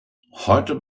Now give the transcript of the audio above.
heute